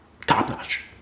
top-notch